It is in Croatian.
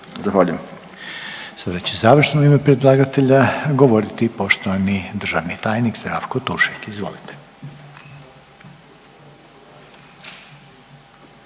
(HDZ)** Sada će završno u ime predlagatelja govoriti poštovani državni tajnik Zdravko Tušek, izvolite.